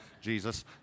Jesus